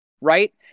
Right